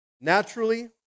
Naturally